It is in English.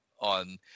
on